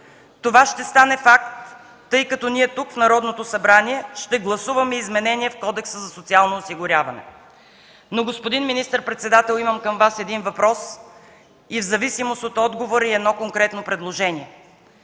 Това ще стане факт, тъй като тук, в Народното събрание, ще гласуваме изменения в Кодекса за социално осигуряване. Но, господин министър-председател, имам към Вас един въпрос и в зависимост от отговора – едно конкретно предложение.